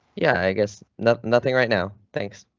yeah guess nothing right now, thanks.